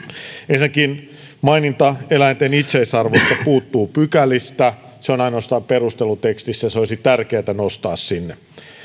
ensinnäkin maininta eläinten itseisarvosta puuttuu pykälistä se on ainoastaan perustelutekstissä se olisi tärkeätä nostaa sinne